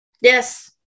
Yes